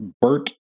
Bert